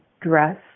dress